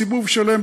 סיבוב שלם,